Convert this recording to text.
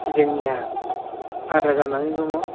जोंनिया आद्रा जानानै दङ